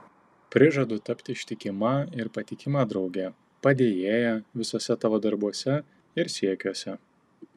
prižadu tapti ištikima ir patikima drauge padėjėja visuose tavo darbuose ir siekiuose